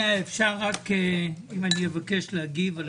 אדוני היושב-ראש, זה